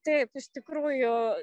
taip iš tikrųjų